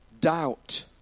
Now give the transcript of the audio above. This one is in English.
doubt